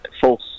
false